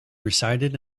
recited